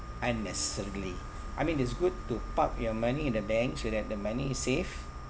unnecessarily I mean it's good to park your money in the bank so that the money is safe